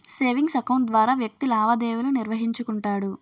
savings account ద్వారా వ్యక్తి లావాదేవీలు నిర్వహించుకుంటాడు